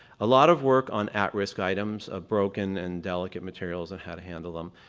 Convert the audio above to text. a lot of work on at-risk items, of broken and delicate materials and how to handle them.